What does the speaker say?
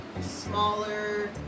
smaller